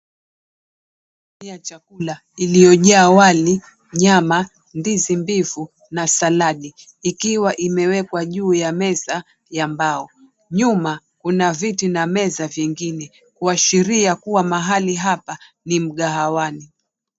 Sahani ya chakula iliyojaa wali, nyama, ndizi mbivu na saladi ikiwa imewekwa juu ya meza ya mbao. Nyuma kuna miti na meza vingine kuashiria kuwa mahali hapa ni mgahawani.